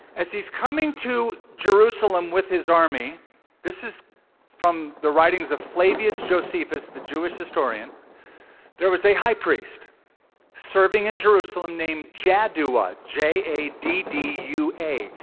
as he's coming to jerusalem with his army this is from the writings of flavius josephus, the jewish historian there was a high priest serving in jerusalem named jaddua j a d d u a,